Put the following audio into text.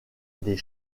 des